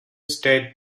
state